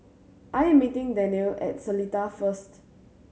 I am meeting Daniele at Seletar first